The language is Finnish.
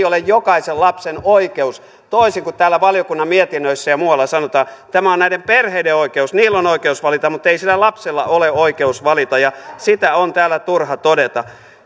ole jokaisen lapsen oikeus toisin kuin täällä valiokunnan mietinnöissä ja muualla sanotaan tämä on näiden perheiden oikeus niillä on oikeus valita mutta ei sillä lapsella ole oikeus valita ja sitä on täällä turha todeta